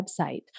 website